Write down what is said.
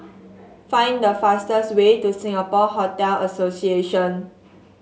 find the fastest way to Singapore Hotel Association